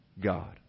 God